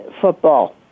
football